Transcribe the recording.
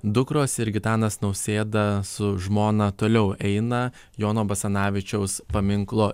dukros ir gitanas nausėda su žmona toliau eina jono basanavičiaus paminklo